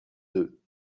deux